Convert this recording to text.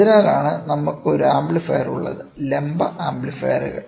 അതിനാലാണ് നമുക്ക് ഒരു ആംപ്ലിഫയർ ഉള്ളത് ലംബ ആംപ്ലിഫയറുകൾ